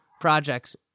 projects